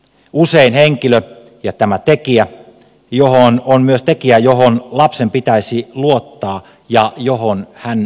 usein tämä tekijä on myös henkilö johon lapsen pitäisi luottaa ja johon hän voisi turvautua